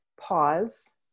pause